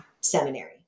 Seminary